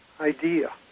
idea